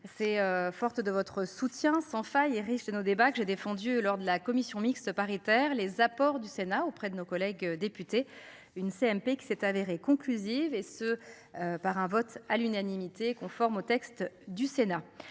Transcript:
C'est forte de votre soutien sans faille riche de nos débats que j'ai défendu lors de la commission mixte paritaire les apports du Sénat auprès de nos collègues députés une CMP qui s'est avérée conclusive et se. Par un vote à l'unanimité conforme au texte du Sénat.